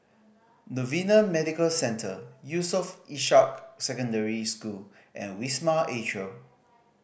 Novena Medical Centre Yusof Ishak Secondary School and Wisma Atria